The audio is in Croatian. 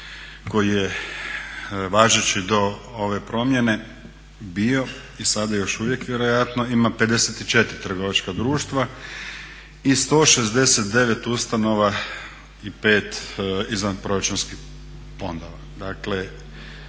koji je važeći do ove promjene bio i sad je još uvijek vjerojatno ima 54 trgovačka društva i 169 ustanova i 5 izvanproračunskih fondova.